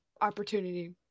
opportunity